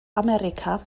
america